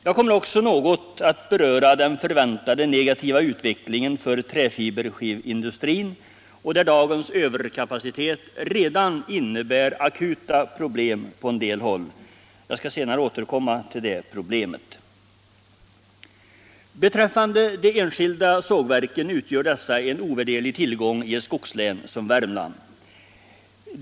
Jag kommer också att något beröra den förväntade negativa utvecklingen för träfiberskivindustrin, där dagens överkapacitet redan innebär akuta problem på en del håll. Jag skall senare återkomma till de problemen. De enskilda sågverken utgör en ovärderlig tillgång i ett skogslän som Värmland.